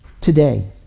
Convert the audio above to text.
today